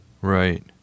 right